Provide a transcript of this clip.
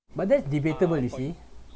but that's debatable you see